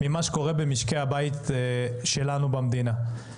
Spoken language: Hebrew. ממה שקורה במשקי הבית שלנו במדינה.